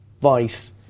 Vice